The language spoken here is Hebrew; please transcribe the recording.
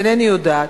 איני יודעת.